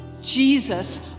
Jesus